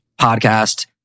podcast